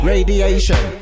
Radiation